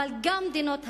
אבל גם מדינות העולם,